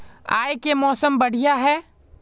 आय के मौसम बढ़िया है?